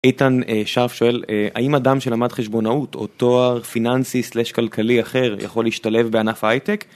איתן שרף שואל, האם אדם שלמד חשבונאות או תואר פיננסי סלש כלכלי אחר יכול להשתלב בענף הייטק?